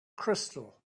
crystal